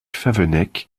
favennec